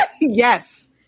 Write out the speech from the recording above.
Yes